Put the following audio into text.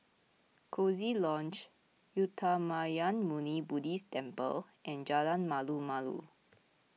Coziee Lodge Uttamayanmuni Buddhist Temple and Jalan Malu Malu